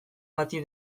bati